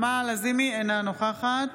לזימי, אינה נוכחת